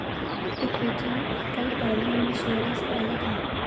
equity कई पहलुओं में शेयरों से अलग है